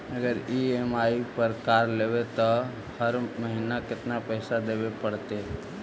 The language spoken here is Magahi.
अगर ई.एम.आई पर कार लेबै त हर महिना केतना पैसा देबे पड़तै?